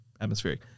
atmospheric